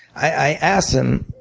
i asked him